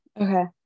Okay